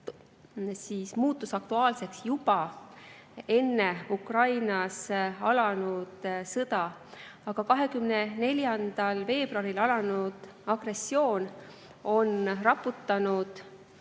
muutus aktuaalseks juba enne Ukrainas alanud sõda, aga 24. veebruaril alanud agressioon on raputanud